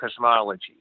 cosmology